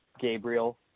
Gabriel